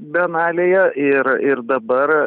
bienalėje ir ir dabar